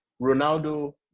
Ronaldo